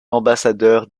ambassadeur